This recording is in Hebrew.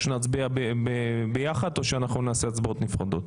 או שנצביע ביחד או שאנחנו נעשה הצבעות נפרדות.